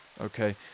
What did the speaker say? okay